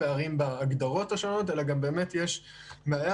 לכן יש מדרגות.